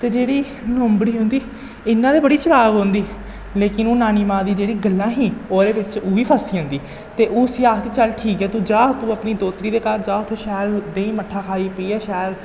ते जेह्ड़ी लोंबड़ी होंदी इ'यां ते बड़ी चलाक होंदी लेकिन ओह् अम्मां दियां जेह्ड़ी गल्लां ही ओह्दे बिच्च ओह् बी फसी जंदी ते ओह् उसी आखदी चल ठीक ऐ तूं जा तू अपनी दोह्तरी दे घर जा उत्थै शैल देहीं मट्ठा खाई पियै शैल